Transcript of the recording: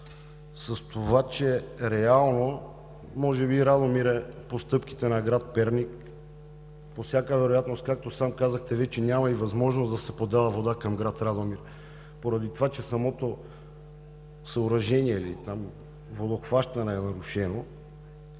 с това, че реално може би Радомир е по стъпките на град Перник. По всяка вероятност, както сам казахте, вече няма и възможност да се подава вода към град Радомир поради това, че самото съоръжение за водохващане е нарушено.